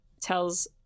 tells